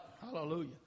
Hallelujah